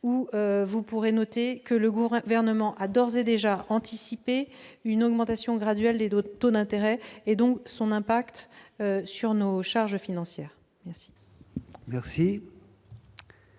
Vous pourrez noter que le Gouvernement a d'ores et déjà anticipé une augmentation graduelle des taux d'intérêt et son impact sur nos charges financières. La